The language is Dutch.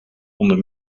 onder